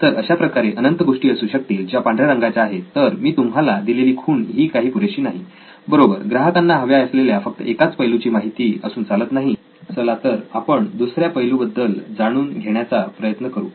तर अशाप्रकारे अनंत गोष्टी असू शकतील ज्या पांढऱ्या रंगाच्या आहेत तर मी तुम्हाला दिलेली खूण ही काही पुरेशी नाही बरोबर ग्राहकांना हव्या असलेल्या फक्त एकाच पैलूची माहिती असून चालत नाही तर चला आपण दुसऱ्या पैलूबद्दल जाणून घेण्याचा प्रयत्न करू